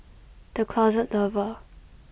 The Closet Lover